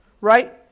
right